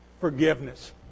forgiveness